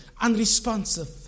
unresponsive